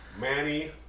Manny